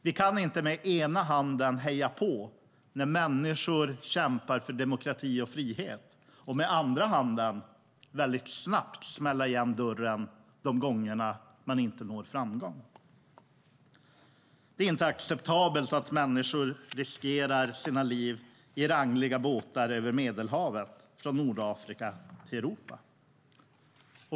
Vi kan inte med ena handen heja på när människor kämpar för demokrati och frihet och med andra handen väldigt snabbt smälla igen dörren de gånger som inte framgång uppnås. Det är inte acceptabelt att människor riskerar sina liv i rangliga båtar över Medelhavet från Nordafrika till Europa.